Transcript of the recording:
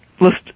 list